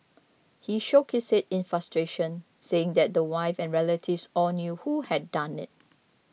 he shook his head in frustration saying that the wife and relatives all knew who had done it